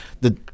the-